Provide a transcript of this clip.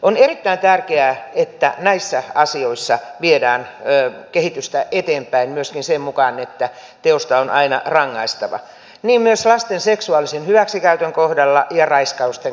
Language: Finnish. on erittäin tärkeää että näissä asioissa viedään kehitystä eteenpäin myöskin sen mukaan että teosta on aina rangaistava niin myös lasten seksuaalisen hyväksikäytön kohdalla ja raiskausten kohdalla